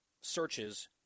searches